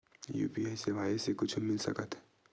UPI सेवाएं से कुछु मिल सकत हे?